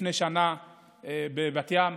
לפני שנה בבת ים,